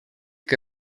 que